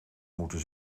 moeten